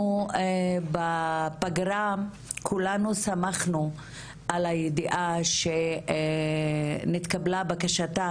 בפגרה כולנו שמחנו על הידיעה שנתקבלה בקשתה